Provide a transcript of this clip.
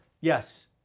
yes